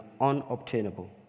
unobtainable